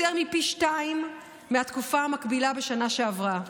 יותר מפי שניים מהתקופה המקבילה בשנה שעברה,